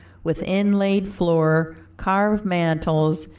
with inlaid floor, carved mantels,